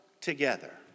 together